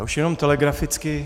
Já už jenom telegraficky.